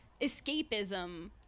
escapism